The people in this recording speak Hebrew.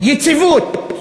יציבות.